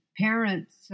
parents